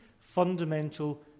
fundamental